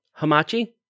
Hamachi